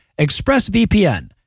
ExpressVPN